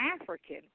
African